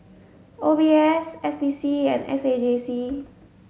O B S S P C and S A J C